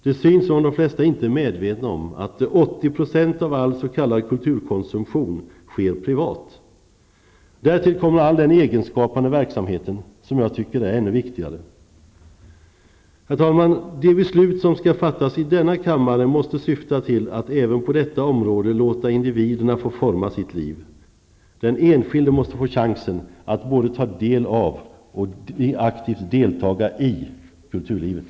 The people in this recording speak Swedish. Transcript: De flesta synes inte vara medvetna om att 80 % av all s.k. kulturkonsumtion sker privat. Därtill kommer all den egenskapande verksamheten, som jag tycker är ännu viktigare. Herr talman! De beslut som skall fattas i denna kammare måste syfta till att även på detta område låta individerna få forma sina liv. Den enskilde måste få chansen att både ta del av och aktivt delta i kulturlivet.